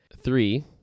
Three